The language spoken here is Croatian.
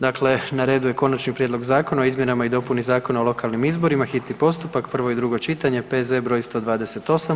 Dakle, na redu je Konačni prijedlog zakona o izmjenama i dopuni Zakona o lokalnim izborima, hitni postupak, prvo i drugo čitanje, P.Z. br. 128.